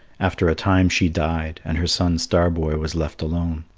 after a time she died, and her son, star-boy, was left alone.